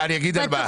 אני אגיד על מה.